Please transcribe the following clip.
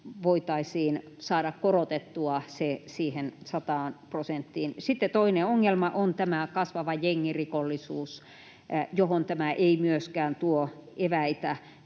voitaisiin saada korotettua se siihen 100 prosenttiin. Sitten toinen ongelma on tämä kasvava jengirikollisuus, johon tämä ei myöskään tuo eväitä.